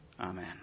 Amen